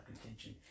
contention